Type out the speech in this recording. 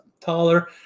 taller